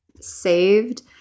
saved